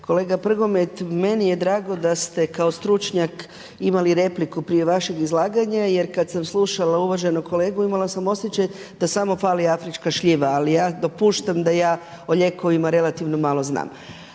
Kolega Prgomet, meni je drago da ste kao stručnjak imali repliku prije vašeg izlaganja jer kada sam slušala uvaženog kolegu imala sam osjećaj da samo fali afrička šljiva. Ali ja dopuštam da ja o lijekovima relativno malo znam.